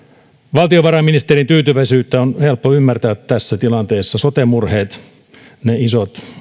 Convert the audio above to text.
valtiovarainministerin tyytyväisyyttä on helppo ymmärtää tässä tilanteessa sote murheet ne isot